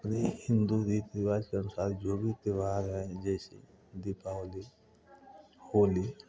अपने हिन्दू रीत रिवाज के अनुसार जो भी त्योहार है जैसे दीपावली होली